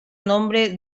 nombre